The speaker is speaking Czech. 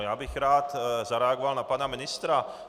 Já bych rád zareagoval na pana ministra.